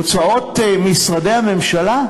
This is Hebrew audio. הוצאות משרדי הממשלה,